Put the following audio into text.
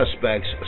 suspects